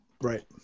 Right